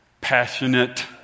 passionate